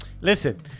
Listen